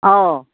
ꯑꯧ